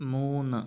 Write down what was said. മൂന്ന്